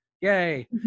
yay